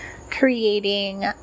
creating